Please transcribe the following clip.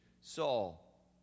Saul